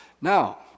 Now